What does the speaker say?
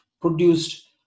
produced